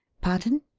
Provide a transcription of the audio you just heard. pardon?